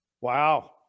Wow